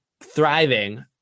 thriving